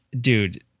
dude